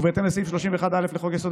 ובהתאם לסעיף 31(א) לחוק-יסוד: